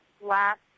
last